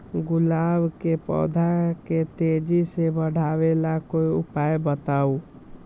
गुलाब के पौधा के तेजी से बढ़ावे ला कोई उपाये बताउ?